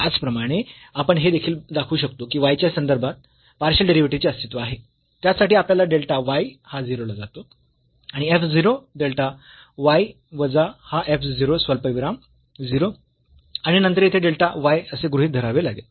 त्याचप्रमाणे आपण हे देखील दाखवू शकतो की y च्या संदर्भा पार्शियल डेरिव्हेटिव्हचे अस्तित्व आहे त्यासाठी आपल्याला डेल्टा y हा 0 ला जातो आणि f 0 डेल्टा y वजा हा f 0 स्वल्पविराम 0 आणि नंतर येथे डेल्टा y असे गृहीत धरावे लागेल